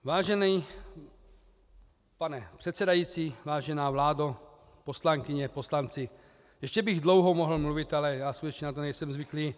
Vážený pane předsedající, vážená vládo, poslankyně, poslanci, ještě bych dlouho mohl mluvit, ale já skutečně na to nejsem zvyklý.